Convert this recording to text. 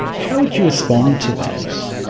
how would you respond to that?